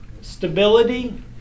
Stability